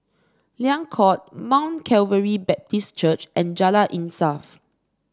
Liang Court Mount Calvary Baptist Church and Jalan Insaf